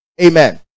amen